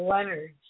Leonard